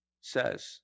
says